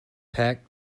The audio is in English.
pack